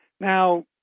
Now